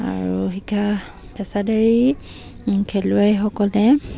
আৰু শিক্ষা পেছাদাৰী খেলুৱৈসকলে